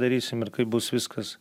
darysim ir kaip bus viskas